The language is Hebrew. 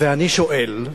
ואני שואל,